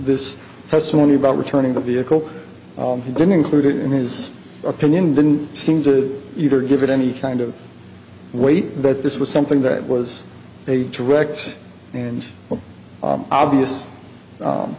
this testimony about returning the vehicle he didn't include it in his opinion didn't seem to either give it any kind of weight that this was something that was a direct and obvious